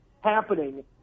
happening